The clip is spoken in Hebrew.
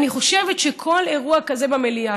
אני חושבת שכל אירוע כזה במליאה,